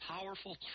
powerful